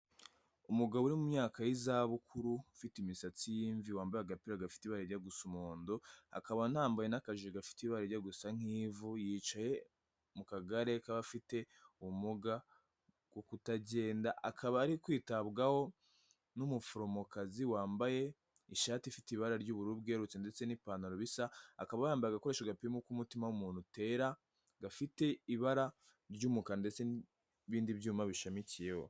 Umugabo uri mu myaka y'izabukuru ufite imisatsi y'imvi, wambaye agapira gafite ibara rijya gusa umuhondo, akaba anambaye n'akajiri gafite ibara rijya gusa nk'ivu, yicaye mu kagare k'abafite ubumuga bwo ku kutagenda, akaba ari kwitabwaho n'umuforomokazi wambaye ishati ifite ibara ry'uburu bwererutse ndetse n'ipantaro bisa, akaba yambaye agakoresho gapima uko umutima w'umuntu utera gafite ibara ry'umukara, ndetse n'ibindi byuma bishamikiyeho.